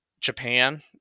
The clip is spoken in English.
Japan